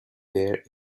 there